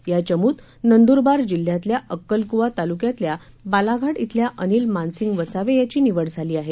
या चमूत नंद्रबार जिल्ह्यातल्या अक्कलक्वा ताल्क्यातल्या बालाघाट इथल्या अनिल मानसिंग वसावे याची निवड झाली आहे